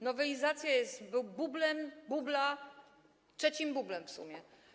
Nowelizacja jest bublem bubla, trzecim bublem w sumie.